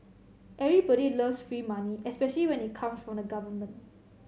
everybody loves free money especially when it comes from the government